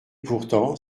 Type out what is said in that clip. pourtant